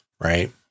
right